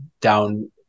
down